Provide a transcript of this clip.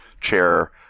chair